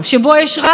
ישירה,